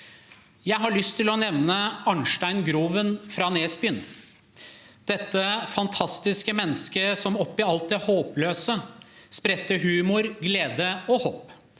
Jeg har lyst til å nevne Arnstein Groven fra Nesbyen, dette fantastiske mennesket som oppi alt det håpløse spredte humor, glede og håp.